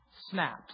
snaps